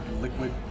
liquid